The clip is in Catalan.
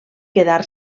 quedar